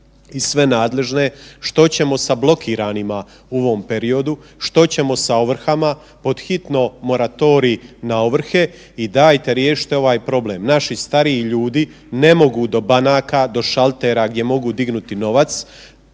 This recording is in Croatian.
i sve nadležne što ćemo sa blokiranima u ovom periodu, što ćemo sa ovrhama, pod hitno moratorij na ovrhe i dajte riješite ovaj problem. Naši stariji ljudi ne mogu do banaka, do šaltera gdje mogu dignuti novac,